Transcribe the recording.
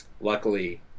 luckily